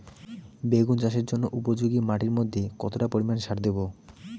বেগুন চাষের জন্য উপযোগী মাটির মধ্যে কতটা পরিমান সার দেব?